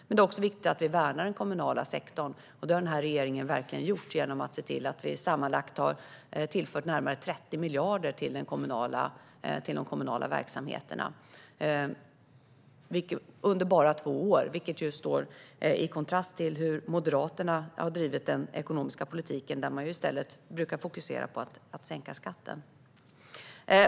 Det är dock viktigt att vi värnar den kommunala sektorn, och det har den här regeringen verkligen gjort genom att tillföra sammanlagt närmare 30 miljarder till de kommunala verksamheterna under bara två år. Det står i kontrast till hur Moderaterna har drivit den ekonomiska politiken, där man i stället brukar fokusera på att sänka skatten.